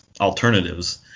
alternatives